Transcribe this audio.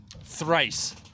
Thrice